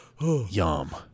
Yum